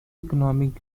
economic